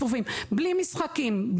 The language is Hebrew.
בלי משחקים,